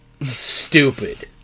stupid